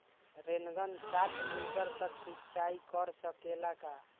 Rain gun साठ metre तक सिचाई कर सकेला का?